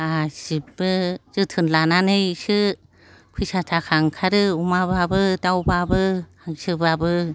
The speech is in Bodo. गासैबो जोथोन लानानैसो फैसा थाखा ओंखारो अमाबाबो दावबाबो हांसोबाबो